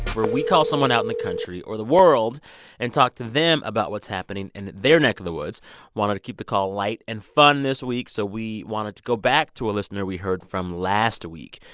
where we call someone out in the country or the world and talk to them about what's happening in their neck the woods wanted to keep the call light and fun this week. so we wanted to go back to a listener we heard from last week.